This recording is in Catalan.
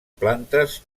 plantes